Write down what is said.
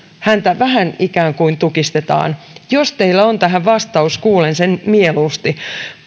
häntä vähän ikään kuin tukistetaan jos teillä on tähän vastaus kuulen sen mieluusti